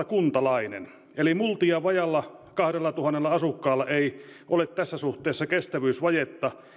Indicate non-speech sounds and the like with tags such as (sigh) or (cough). (unintelligible) kuntalaista (unintelligible) (unintelligible) (unintelligible) (unintelligible) (unintelligible) kohti eli multian vajaalla kahdellatuhannella asukkaalla ei ole tässä suhteessa kestävyysvajetta